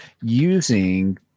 Using